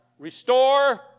Restore